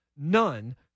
None